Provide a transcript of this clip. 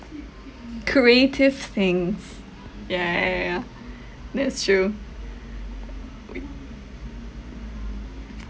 creative things ya ya ya ya ya that's true